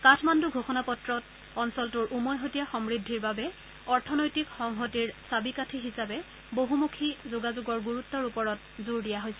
কাঠমাণ্ডু ঘোষণাপত্ৰত অঞ্চলটোৰ উমৈহতীয়া সমূদ্ধিৰ বাবে অৰ্থনৈতিক সংহতিৰ চাবিকাঠি হিচাপে বহুমুখী যোগাযোগৰ গুৰুত্বৰ ওপৰত জোৰ দিয়া হৈছে